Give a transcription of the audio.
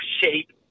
shape